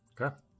Okay